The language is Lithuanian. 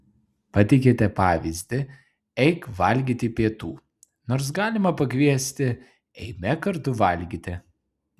pateikiate pavyzdį eik valgyti pietų nors galima pakviesti eime kartu valgyti